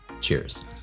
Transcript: Cheers